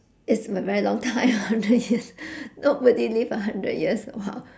it's a very long time hundred years nobody live a hundred years !wow!